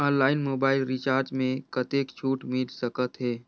Online mobile recharge मे कतेक छूट मिल सकत हे?